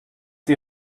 die